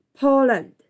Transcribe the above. Poland